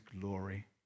glory